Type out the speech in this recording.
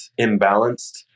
imbalanced